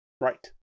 right